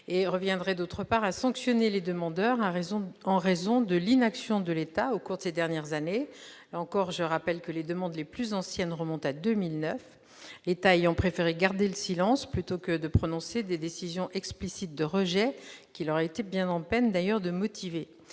les rejeter -, et, d'autre part, sanctionner les demandeurs en raison de l'inaction de l'État au cours des dernières années- je rappelle que les demandes les plus anciennes remontent à 2009 -, ce dernier ayant préféré garder le silence plutôt que de prononcer des décisions explicites de rejet qu'il aurait été bien en peine de motiver